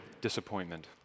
disappointment